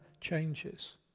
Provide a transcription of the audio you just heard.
changes